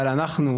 אבל אנחנו,